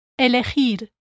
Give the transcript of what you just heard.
Elegir